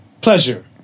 pleasure